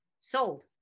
sold